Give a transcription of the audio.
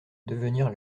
devenir